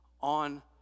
on